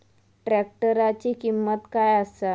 ट्रॅक्टराची किंमत काय आसा?